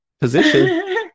Position